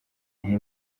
iyi